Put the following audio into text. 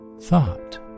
thought